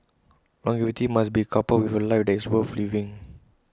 longevity must be coupled with A life that is worth living